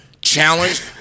challenged